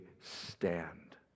stand